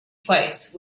twice